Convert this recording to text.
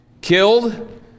Killed